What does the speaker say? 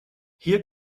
hier